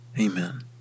Amen